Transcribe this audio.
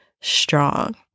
strong